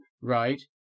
Right